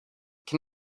can